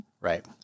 Right